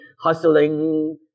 hustling